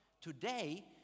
Today